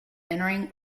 entering